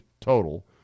total